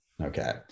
okay